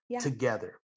together